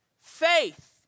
Faith